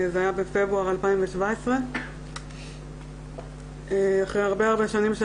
זה היה בפברואר 2017. אחרי הרבה הרבה שנים של